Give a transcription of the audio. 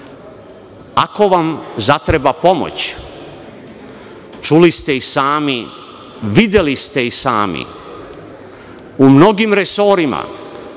vam zatreba pomoć, čuli ste i sami, videli ste i sami, u mnogim resorima,